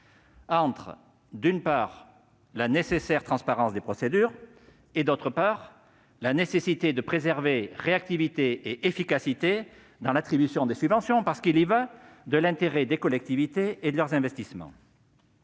entre, d'une part, la nécessaire transparence des procédures et, d'autre part, le besoin de préserver réactivité et efficacité dans l'attribution des subventions : il y va de l'intérêt des collectivités et de leurs investissements.